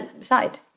side